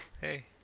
Hey